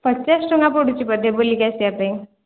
ପଚାଶ ଟଙ୍କା ପଡ଼ୁଛି ବୋଧେ ବୁଲିକି ଆସିବା ପାଇଁ